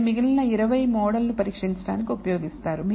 మరియు మిగిలిన 20 మోడల్ను పరీక్షించడానికి ఉపయోగిస్తారు